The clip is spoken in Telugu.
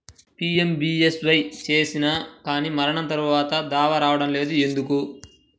పీ.ఎం.బీ.ఎస్.వై చేసినా కానీ మరణం తర్వాత దావా రావటం లేదు ఎందుకు?